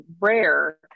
rare